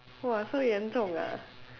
!wah! so 严重 ah